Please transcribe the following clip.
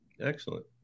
Excellent